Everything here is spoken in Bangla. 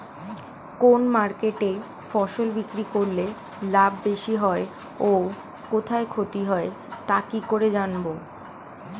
কোন মার্কেটে ফসল বিক্রি করলে লাভ বেশি হয় ও কোথায় ক্ষতি হয় তা কি করে জানবো?